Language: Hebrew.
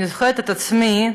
אני זוכרת את עצמי,